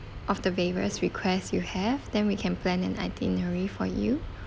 of the various requests you have then we can plan an itinerary for you